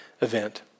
event